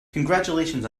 congratulations